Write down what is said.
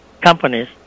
companies